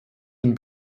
den